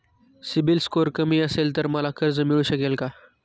CIBIL score कमी असेल तर मला कर्ज मिळू शकेल का?